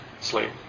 sleep